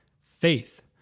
faith